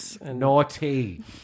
naughty